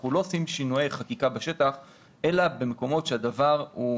אנחנו לא עושים שינויי חקיקה בשטח אלא במקומות שהדבר הוא